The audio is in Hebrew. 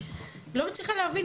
אני לא מצליחה להבין.